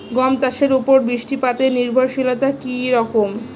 গম চাষের উপর বৃষ্টিপাতে নির্ভরশীলতা কী রকম?